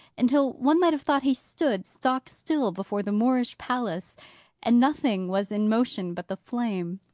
until one might have thought he stood stock-still before the moorish palace and nothing was in motion but the flame.